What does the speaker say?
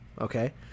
okay